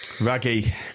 Raggy